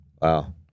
Wow